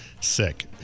Sick